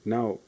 Now